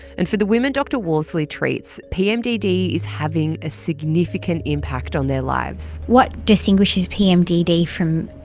and for the women dr worsley treats, pmdd is having a significant impact on their lives. what distinguishes pmdd from,